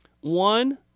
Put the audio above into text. One